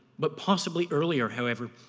but possibly earlier, however,